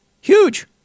Huge